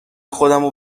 خودمو